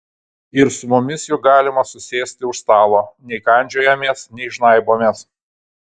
ir su mumis juk galima susėsti už stalo nei kandžiojamės nei žnaibomės